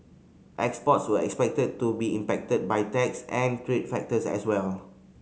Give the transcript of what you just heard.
exports were expected to be impacted by tax and trade factors as well